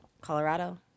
Colorado